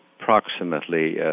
approximately